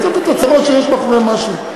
אני רוצה לתת הצהרות שיש מאחוריהן משהו.